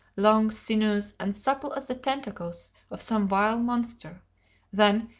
long, sinuous, and supple as the tentacles of some vile monster then,